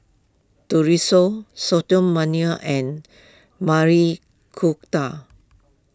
and Maili Kofta